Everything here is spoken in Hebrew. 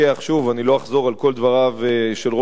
אני לא אחזור על כל דבריו של ראש הממשלה,